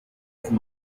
izi